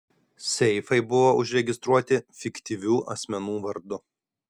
seifai buvo užregistruoti fiktyvių asmenų vardu